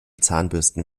zahnbürsten